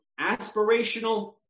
aspirational